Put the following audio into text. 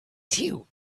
too